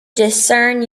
discern